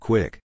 Quick